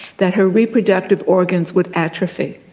that her reproductive organs would atrophy.